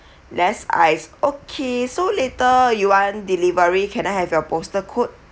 less ice okay so later you want delivery can I have your postal code